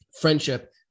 friendship